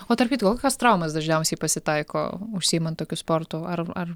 o tarp kitko kokios traumos dažniausiai pasitaiko užsiimant tokiu sportu ar ar